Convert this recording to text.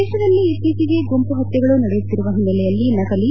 ದೇಶದಲ್ಲಿ ಇತ್ತೀಚೆಗೆ ಗುಂಪು ಹತ್ಗೆಗಳು ನಡೆಯುತ್ತಿರುವ ಹಿನ್ನೆಲೆಯಲ್ಲಿ ನಕಲಿ